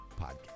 podcast